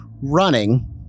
running